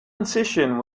incision